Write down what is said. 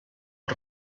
els